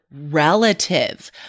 relative